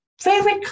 favorite